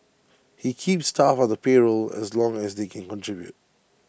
he keeps staff on the payroll as long as they can contribute